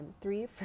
three